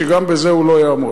שגם בזה הוא לא יעמוד.